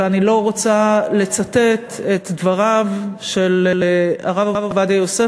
ואני לא רוצה לצטט את דבריו של הרב עובדיה יוסף,